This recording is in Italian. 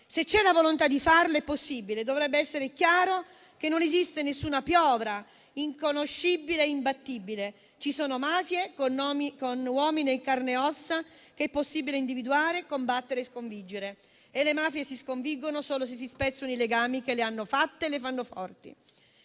Se c'è la volontà di farlo, è possibile: dovrebbe essere chiaro che non esiste alcuna piovra inconoscibile e imbattibile. Ci sono mafie con uomini in carne e ossa che è possibile individuare, combattere e sconfiggere. E le mafie si sconfiggono solo se si spezzano i legami che le hanno fatte e le rafforzano.